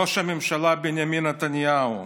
ראש הממשלה בנימין נתניהו.